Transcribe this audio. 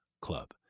club